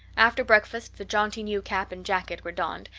after breakfast the jaunty new cap and jacket were donned,